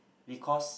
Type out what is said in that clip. because